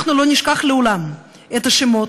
אנחנו לא נשכח לעולם את השמות,